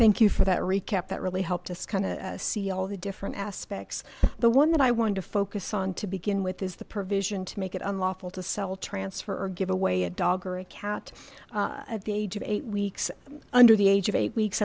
thank you for that recap that really helped us kind of see all the different aspects the one that i wanted to focus on to begin with is the provision to make it unlawful to sell transfer or give away a dog or a cat at the age of eight weeks under the age of eight weeks